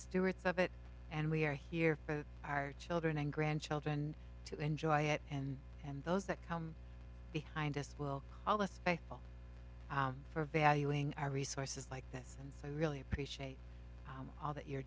stewards of it and we're here for our children and grandchildren to enjoy it and and those that come behind us will all this by feel for valuing our resources like this and so i really appreciate all that you're